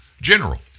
General